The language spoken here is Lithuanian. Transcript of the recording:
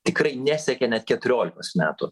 tikrai nesiekia net keturiolikos metų